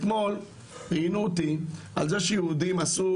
אתמול ראיינו אותי על זה שיהודים עשו